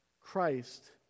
Christ